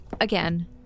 again